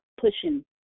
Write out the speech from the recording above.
pushing